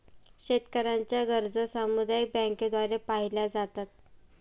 शेतकऱ्यांच्या गरजा सामुदायिक बँकांद्वारे पाहिल्या जातात